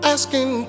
Asking